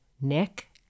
Nick